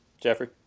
Jeffrey